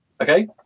Okay